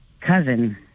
cousin